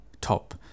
top